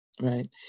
right